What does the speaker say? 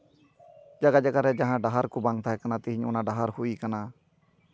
ᱡᱟᱭᱜᱟ ᱡᱟᱭᱜᱟ ᱨᱮ ᱰᱟᱦᱟᱨ ᱠᱚ ᱵᱟᱝ ᱛᱟᱦᱮᱸ ᱠᱟᱱᱟ ᱛᱮᱦᱤᱧ ᱚᱱᱟ ᱰᱟᱦᱟᱨ ᱦᱩᱭ ᱠᱟᱱᱟ